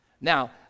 Now